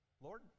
Lord